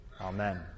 Amen